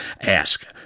Ask